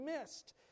missed